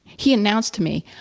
he announced me,